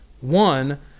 One